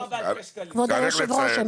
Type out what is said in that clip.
כבוד היושב ראש,